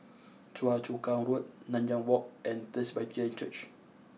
Choa Chu Kang Road Nanyang Walk and Presbyterian Church